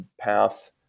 path